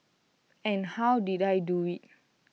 and how did I do IT